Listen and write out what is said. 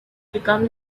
become